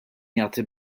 jagħti